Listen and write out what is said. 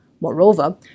Moreover